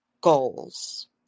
goals